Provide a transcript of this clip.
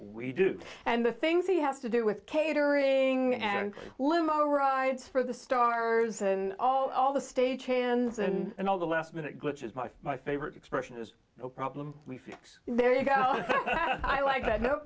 we do and the things he has to do with catering and limo rides for the stars and all the stage hands and all the last minute glitches my my favorite expression is no problem we fix there you go and i like that no